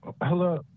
Hello